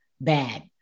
bad